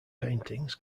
paintings